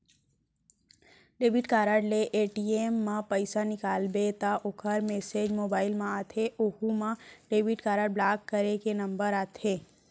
debit card ले ATM म पइसा निकालबे त ओकर मेसेज मोबाइल म आथे ओहू म डेबिट कारड ब्लाक करे के नंबर आथे